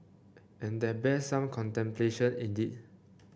and that bears some contemplation indeed